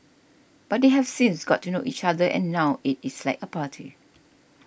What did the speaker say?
but they have since got to know each other and now it is like a party